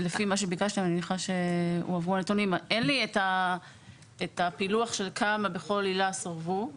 אין לי את הפילוח של כמה בכל עילה סורבו.